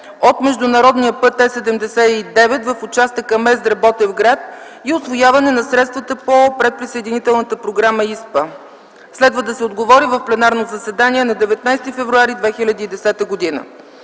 от международния път Е-79 в участъка Мездра-Ботевград и усвояване на средствата по предприсъединителната програма ИСПА. Следва да се отговори в пленарното заседание на 19 февруари т.г.